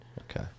okay